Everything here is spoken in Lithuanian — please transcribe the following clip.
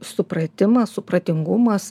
supratimas supratingumas